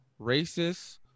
racist